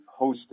hosted